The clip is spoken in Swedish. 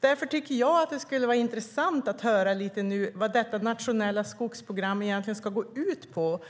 Därför tycker jag att det skulle vara intressant att höra lite grann om vad detta nationella skogsprogram egentligen ska gå ut på.